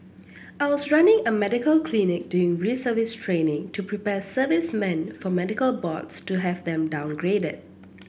I was running a medical clinic during reservist training to prepare servicemen for medical boards to have them downgraded